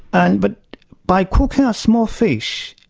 and but by cooking a small fish,